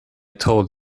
told